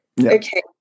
Okay